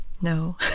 no